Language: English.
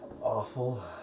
awful